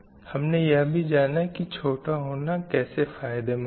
हमने यह भी जाना की छोटा होना कैसे फ़ायदेमंद है